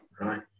Right